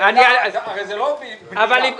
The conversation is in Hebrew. הרי זה לא בנייה.